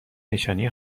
نشانی